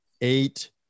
eight